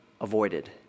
avoided